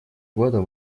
года